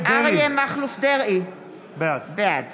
בעד